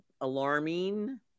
alarming